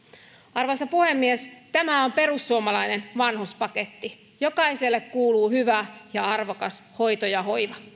arvoisa puhemies tämä on perussuomalainen vanhuspaketti jokaiselle kuuluu hyvä ja arvokas hoito ja hoiva